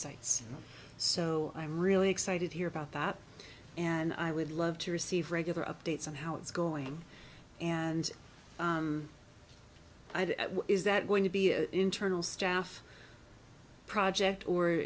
sites so i'm really excited here about that and i would love to receive regular updates on how it's going and is that going to be an internal staff project or